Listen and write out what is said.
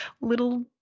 little